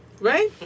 Right